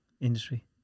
Industry